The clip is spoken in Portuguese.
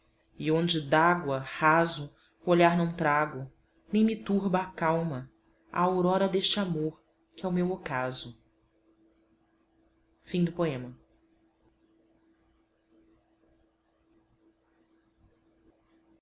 e onde dágua raso o olhar não trago nem me turba a calma a aurora deste amor que é o meu ocaso o